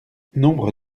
nombre